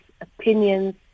opinions